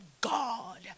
God